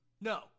No